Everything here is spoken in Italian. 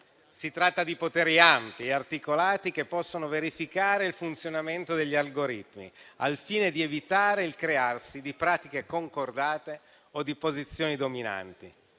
si tratta di poteri ampi e articolati che possono verificare il funzionamento degli algoritmi, al fine di evitare il crearsi di pratiche concordate o di posizioni dominanti.